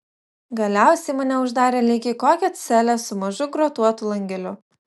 galiausiai mane uždarė lyg į kokią celę su mažu grotuotu langeliu